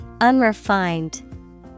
Unrefined